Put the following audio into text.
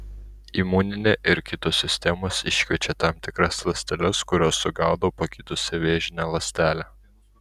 imuninė ir kitos sistemos iškviečia tam tikras ląsteles kurios sugaudo pakitusią vėžinę ląstelę